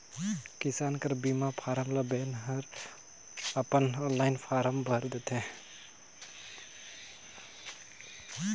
किसान कर बीमा फारम ल बेंक हर अपने आनलाईन भइर देथे